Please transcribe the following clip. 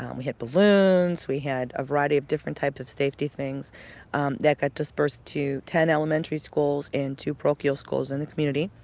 um we had balloons. we had a variety of different types of safety things that got dispersed to ten elementary schools and two parochial schools in the community.